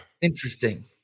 interesting